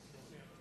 תודה רבה, אדוני.